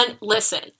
Listen